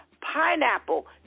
pineapple